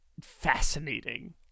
fascinating